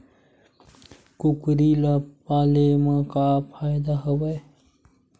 कुकरी ल पाले म का फ़ायदा हवय?